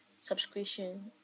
subscription